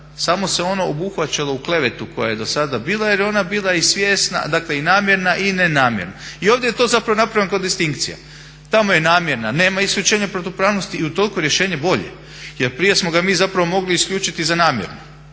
samo se ono obuhvaćalo u klevetu koja je do sada bila jer je ona bila i svjesna, dakle i namjerna i nenamjerna i ovdje je to zapravo napravljeno kao distinkcija. Tamo je namjerna, nema isključenja protupravnosti i utoliko je rješenje bolje jer prije smo ga mi zapravo mogli isključiti za namjeru,